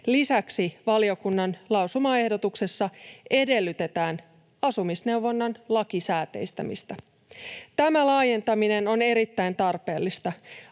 Lisäksi valiokunnan lausumaehdotuksessa edellytetään asumisneuvonnan lakisääteistämistä. Tämä laajentaminen on erittäin tarpeellista.